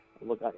look